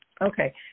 Okay